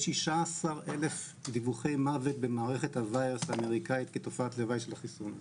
יש 16,000 דיווחי מוות במערכת האמריקאית כתופעת לוואי של החיסון.